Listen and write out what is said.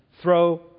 throw